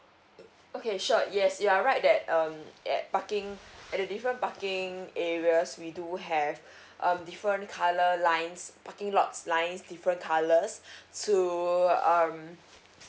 okay sure yes you are right that um at parking at the different parking areas we do have um different colour lines parking lots line different colours to um